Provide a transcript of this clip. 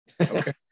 okay